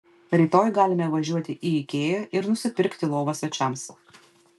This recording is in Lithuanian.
rytoj galime važiuoti į ikea ir nusipirkti lovą svečiams